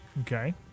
Okay